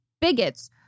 bigots